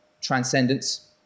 transcendence